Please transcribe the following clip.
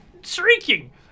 shrieking